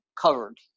covered